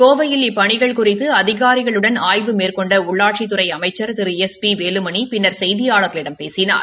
கோவையில் இப்பணிகள் குறித்து அதிகாரிகளுடன் ஆய்வு மேற்கொண்ட உள்ளாட்சித்துறை அமைச்சா் திரு எஸ் பி வேலுமணி பின்னர் செய்தியாளர்களிடம் பேசினார்